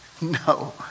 No